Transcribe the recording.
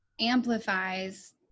amplifies